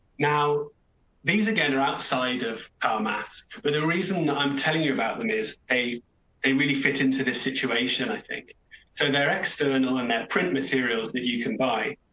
now these again are outside of car mask, but the reason i'm telling you about when is a they really fit into this situation i think so their external and that print materials that you can buy.